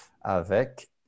avec